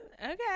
okay